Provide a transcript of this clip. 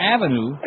Avenue